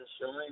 showing